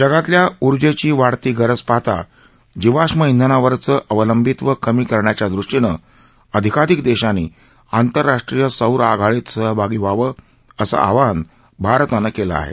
जगातल्या उर्जेची वाढती गरज पाहाता जीवाष्म इंधनावरचं अवलंबित्व कमी करण्याच्या ृष्टीनं अधिकाधिक देशांनी आतंरराष्ट्रीय सौर आघाडीत सहभागी व्हावं असं आवाहन भारतानं केलं आहे